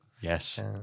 Yes